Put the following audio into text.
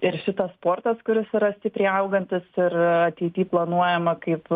ir šitas sportas kuris yra stipriai augantis ir ateity planuojama kaip